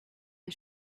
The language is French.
les